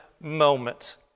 moment